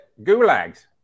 gulags